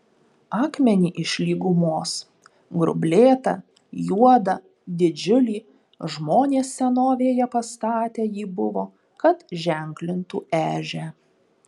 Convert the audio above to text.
akmenį iš lygumos grublėtą juodą didžiulį žmonės senovėje pastate jį buvo kad ženklintų ežią